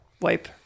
wipe